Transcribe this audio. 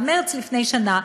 במרס לפני שנה,